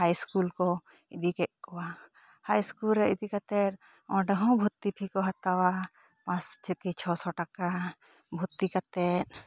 ᱦᱟᱭ school ᱠᱚ ᱤᱫᱤ ᱠᱮᱫ ᱠᱚᱣᱟ ᱦᱟᱭ ᱤᱥᱠᱩᱞ ᱨᱮ ᱤᱫᱤ ᱠᱟᱛᱮᱜ ᱚᱸᱰᱮ ᱦᱚᱸ ᱵᱷᱩᱨᱛᱤ ᱯᱷᱤ ᱠᱚ ᱦᱟᱛᱟᱣᱟ ᱯᱟᱸᱪ ᱛᱷᱮᱠᱮ ᱪᱷᱚᱥᱚ ᱴᱟᱠᱟ ᱵᱷᱩᱨᱛᱤ ᱠᱟᱛᱮᱜ